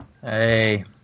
Hey